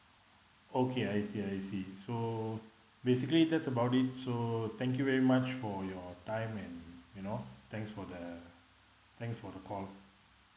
okay I see I see so basically that's about it so thank you very much for your time and you know thanks for the thanks for the call